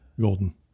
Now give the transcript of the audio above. golden